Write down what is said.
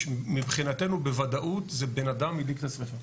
מבחינתנו בוודאות זה אדם הדליק את השריפה.